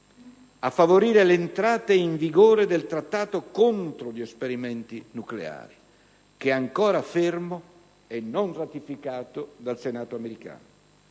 a favorire l'entrata in vigore del Trattato contro gli esperimenti nucleari, che è ancora fermo e non ratificato dal Senato americano;